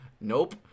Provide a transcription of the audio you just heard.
Nope